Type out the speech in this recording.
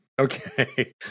okay